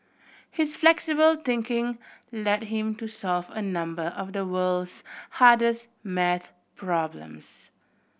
his flexible thinking led him to solve a number of the world's hardest maths problems